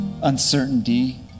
uncertainty